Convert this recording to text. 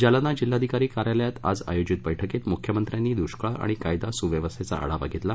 जालना जिल्हाधिकारी कार्यालयात आज आयोजित बैठकीत मुख्यमंत्र्यांनी दुष्काळ आणि कायदा सुव्यवस्थेचा आढावा घेतला